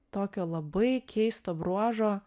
tokio labai keisto bruožo